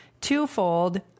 twofold